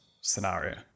scenario